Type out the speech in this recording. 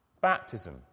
baptism